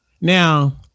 Now